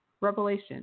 Revelation